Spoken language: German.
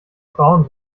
frauen